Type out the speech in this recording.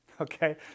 Okay